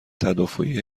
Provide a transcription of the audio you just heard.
تدافعی